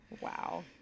wow